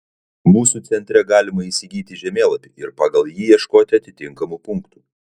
mūsų centre galima įsigyti žemėlapį ir pagal jį ieškoti atitinkamų punktų